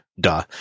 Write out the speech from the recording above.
duh